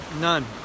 none